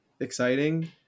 exciting